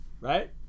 Right